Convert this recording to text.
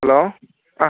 hello അ